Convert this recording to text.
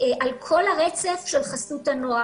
על כל הרצף של חסות הנוער.